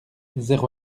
zéro